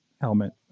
helmet